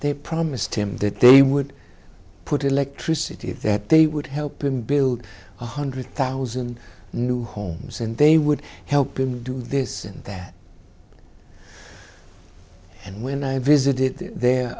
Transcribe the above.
they promised him that they would put electricity that they would help him build one hundred thousand new homes and they would help him do this and that and when i visited there